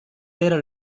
era